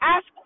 Ask